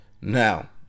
Now